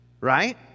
right